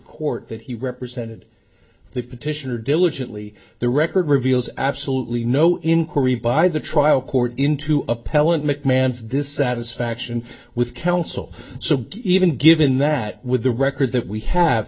court that he represented the petitioner diligently the record reveals absolutely no inquiry by the trial court into appellant mcmahon's dissatisfaction with counsel so even given that with the record that we have